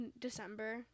December